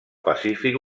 pacífic